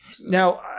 Now